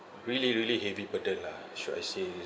really really heavy burden lah should I say